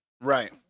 Right